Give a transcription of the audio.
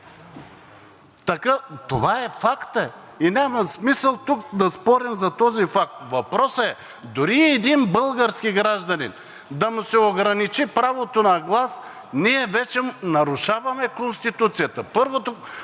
Това е факт и няма смисъл да спорим тук. Въпросът е, че дори и на един български гражданин да му се ограничи правото на глас, ние вече нарушаваме Конституцията.